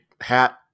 hat